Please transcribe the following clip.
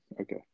Okay